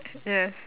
yes